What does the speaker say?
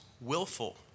willful